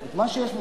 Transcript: מיקי,